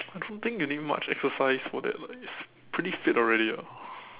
I don't think you need much exercise for that like it's pretty fit already ah